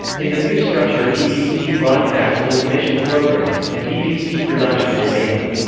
in the new structure bbc broadcast will commission programmes, and bbc production will make them.